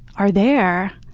are there.